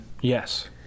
Yes